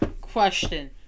Question